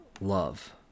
love